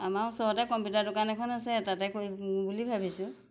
আমাৰ ওচৰতে কম্পিউটাৰ দোকান এখন আছে তাতে কৰিম বুলি ভাবিছোঁ